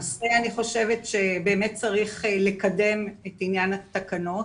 הנושא אני חושבת שבאמת צריך לקדם את עניין התקנות,